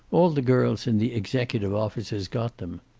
all the girls in the executive offices got them.